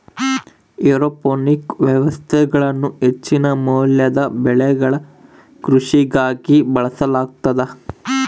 aeroponic ವ್ಯವಸ್ಥೆಗಳನ್ನು ಹೆಚ್ಚಿನ ಮೌಲ್ಯದ ಬೆಳೆಗಳ ಕೃಷಿಗಾಗಿ ಬಳಸಲಾಗುತದ